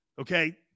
Okay